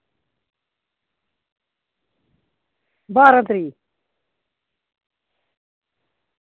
बारां तरीक